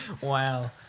Wow